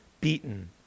beaten